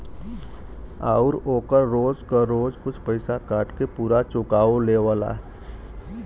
आउर ओकर रोज क रोज कुछ पइसा काट के पुरा चुकाओ लेवला